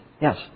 Yes